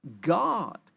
God